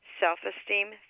self-esteem